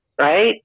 right